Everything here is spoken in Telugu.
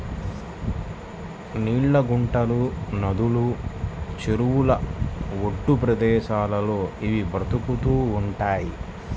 నీళ్ళ గుంటలు, నదులు, చెరువుల ఒడ్డు ప్రదేశాల్లో ఇవి బతుకుతూ ఉంటయ్